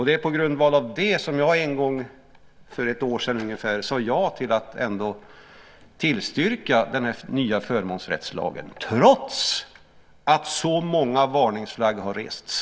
Det är på grundval av det som jag en gång för ungefär ett år sedan sade ja till att ändå tillstyrka den nya förmånsrättslagen trots att så många varningsflaggor har rests.